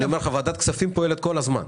אני אומר לך, ועדת כספים פועלת כל הזמן.